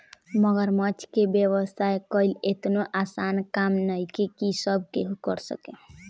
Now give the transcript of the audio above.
मगरमच्छ के व्यवसाय कईल एतनो आसान काम नइखे की सब केहू कर सके